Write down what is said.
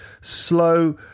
slow